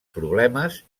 problemes